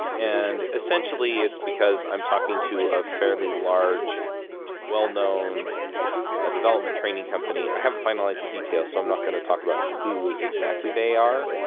and essentially, it's because i'm talking to a fairly large well-known ah development training company. i haven't finalized the details. so i'm not going to talk about who exactly they are.